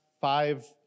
five